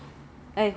hi